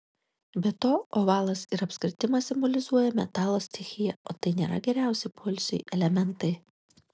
be to ovalas ir apskritimas simbolizuoja metalo stichiją o tai nėra geriausi poilsiui elementai